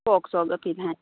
frock চ্ৰকে পিন্ধাই